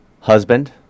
husband